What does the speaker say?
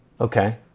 Okay